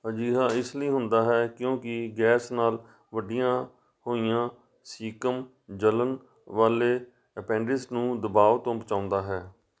ਅਜਿਹਾ ਇਸ ਲਈ ਹੁੰਦਾ ਹੈ ਕਿਉਂਕਿ ਗੈਸ ਨਾਲ ਵੱਡੀਆਂ ਹੋਈਆਂ ਸੀਕਮ ਜਲਣ ਵਾਲੇ ਐਪੈਂਡਿਕਸ ਨੂੰ ਦਬਾਅ ਤੋਂ ਬਚਾਉਂਦਾ ਹੈ